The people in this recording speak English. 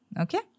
Okay